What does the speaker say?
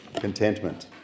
contentment